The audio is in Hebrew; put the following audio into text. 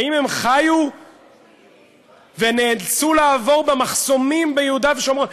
האם היו חיו ונאלצו לעבור במחסומים ביהודה ושומרון,